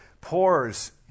pours